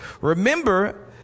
remember